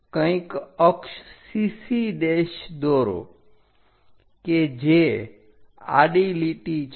કંઈક અક્ષ CC દોરો કે જે આડી લીટી છે